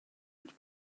not